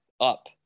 up